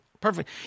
perfect